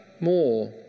more